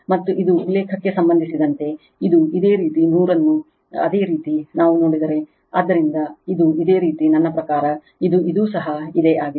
ಮತ್ತು ಇದು ಉಲ್ಲೇಖಕ್ಕೆ ಸಂಬಂಧಿಸಿದಂತೆ ಇದು ಇದೇ ರೀತಿ 100 ಅನ್ನು ಇದೇ ರೀತಿ ನಾವು ನೋಡಿದರೆ ಆದ್ದರಿಂದ ಇದು ಇದೇ ರೀತಿ ನನ್ನ ಪ್ರಕಾರ ಇದು ಇದೂ ಸಹ ಇದೇ ಆಗಿದೆ